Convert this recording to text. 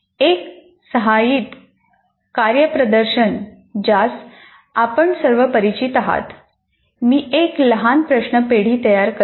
एक सहाय्यित कार्यप्रदर्शन ज्यासह आपण सर्व परिचित आहोतः मी एक लहान प्रश्न पेढी तयार करते